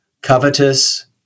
covetous